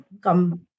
come